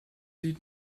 lied